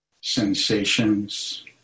Sensations